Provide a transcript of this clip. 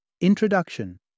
Introduction